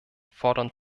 fordern